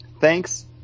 Thanks